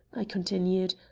i continued,